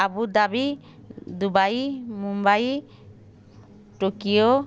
Abu Dhabi Dubai Mumbai Tokyo